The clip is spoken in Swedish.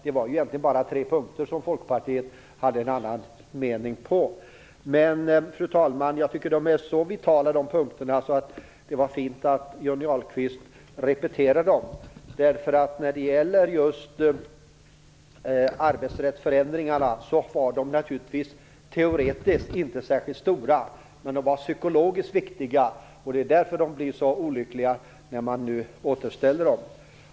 Det var ju egentligen bara på tre punkter som Folkpartiet hade en annan mening, sade Johnny Ahlqvist. Men jag tycker att de är vitala, och det var fint att Johnny Ahlqvist repeterade dem. Förändringarna i arbetsrätten var teoretiskt inte särskilt stora, men de var psykologiskt viktiga. Det är därför det blir så olyckligt när man nu återställer dem.